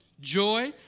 joy